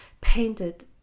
painted